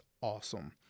awesome